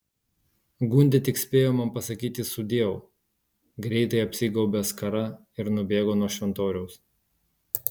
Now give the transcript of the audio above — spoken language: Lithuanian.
gundė tik spėjo man pasakyti sudieu greitai apsigaubė skara ir nubėgo nuo šventoriaus